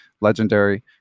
legendary